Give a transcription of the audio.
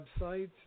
website